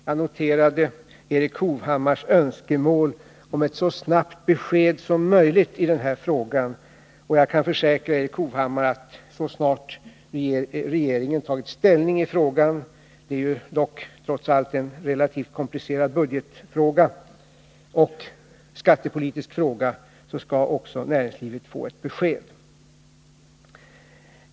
Jag noterade Erik Hovhammars önskemål om ett så snabbt besked som möjligt i denna fråga, och jag kan försäkra Erik Hovhammar att näringslivet så snart regeringen tagit ställning i frågan — det är trots allt en relativt komplicerad budgetteknisk och skattepolitisk fråga — skall få ett sådant besked.